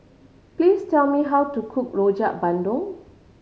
please tell me how to cook Rojak Bandung